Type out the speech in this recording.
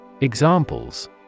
Examples